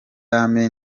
damme